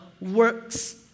works